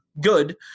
good